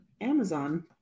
Amazon